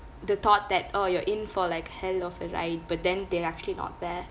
the thought that orh you're in for like hell of a ride but then they're actually not there